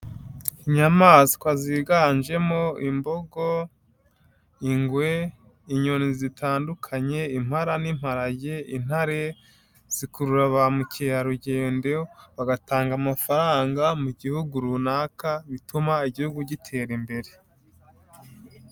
Inyamanswa ziganjemo: imbogo, ingwe, inyoni zitandukanye, impara n'imparage, intare zikurura ba mukerarugendo bagatanga amafaranga mu gihugu runaka, bituma igihugu gitera imbere.